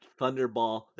Thunderball